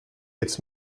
its